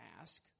ask